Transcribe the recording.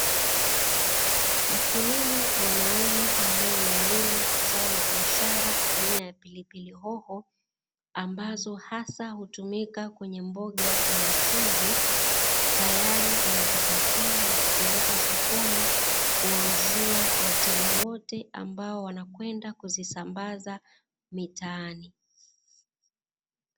Mkulima mwanaume ambaye amelima zao la biashara aina ya pilipili hoho, ambazo hasa hutumika kwenye mboga ya mchuzi, tayari anazipakia na kupeleka sokoni kuwauzia wateja wote ambao wanakwenda kuzisambaza mitaani.